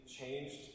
changed